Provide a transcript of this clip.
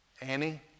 Annie